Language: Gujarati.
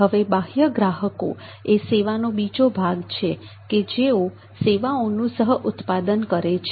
હવે બાહ્ય ગ્રાહકો એ સેવા નો બીજો ભાગ છે કે જેઓ સેવાઓનું સહ ઉત્પાદન કરે છે